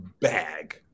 bag